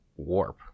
warp